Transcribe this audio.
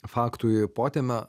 faktų į potėmę